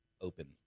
open